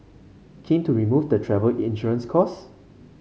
keen to remove the travel insurance costs